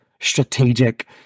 strategic